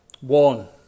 One